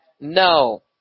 No